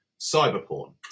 Cyberporn